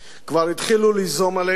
כבר התחילו ליזום בשבילנו,